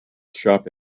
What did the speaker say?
shop